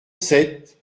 sept